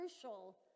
crucial